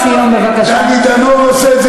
גם את זה לא עושים.